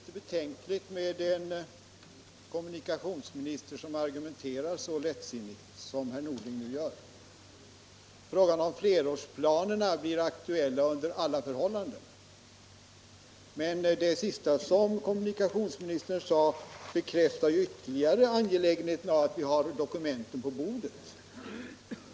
Herr talman! Jag tycker det är betänkligt med en kommunikationsminister som argumenterar så lättsinnigt som herr Norling nu gör. Frågan om flerårsplanerna blir aktuell under alla förhållanden. Och det sista som kommunikationsministern sade bekräftar ju ytterligare angelägenheten av att vi har dokumenten på bordet.